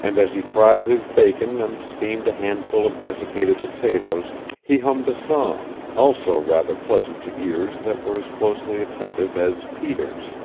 and as he fried his bacon and steamed a handful of desiccated potatoes he hummed a song, also rather pleasant to ears that were as closely attentive as peter's.